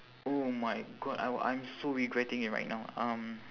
oh my god I w~ I'm so regretting it right now um